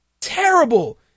Terrible